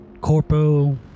Corpo